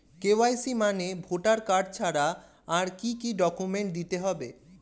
KYC মানে voter card ছাড়া আর কি কি ডকুমেন্ট দিতে হবে?